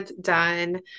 done